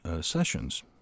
sessions